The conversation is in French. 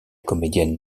comédienne